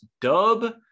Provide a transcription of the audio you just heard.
Dub